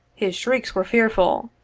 his shrieks were fearful,